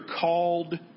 called